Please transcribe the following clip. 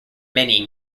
many